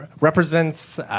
represents